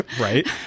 Right